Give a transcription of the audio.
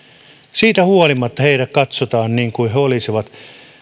siitä huolimatta heitä katsotaan niin kuin he olisivat